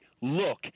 look